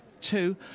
two